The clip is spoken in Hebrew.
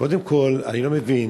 קודם כול, אני לא מבין,